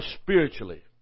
Spiritually